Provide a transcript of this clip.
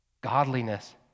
Godliness